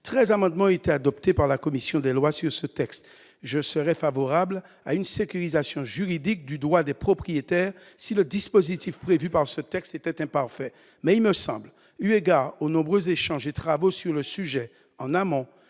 amendements ont été adoptés par la commission des lois sur ce texte. J'aurais été favorable à une sécurisation juridique du droit des propriétaires si le dispositif prévu par ce texte avait été imparfait ... Mais il me semble, eu égard aux nombreux échanges et travaux sur le sujet en amont